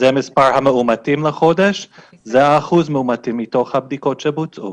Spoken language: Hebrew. זה מספר המאומתים בחודש וזה אחוז המאומתים מתוך הבדיקות שבוצעו